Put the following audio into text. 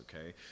okay